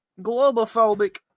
globophobic